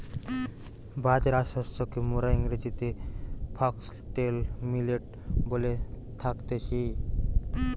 বাজরা শস্যকে মোরা ইংরেজিতে ফক্সটেল মিলেট বলে থাকতেছি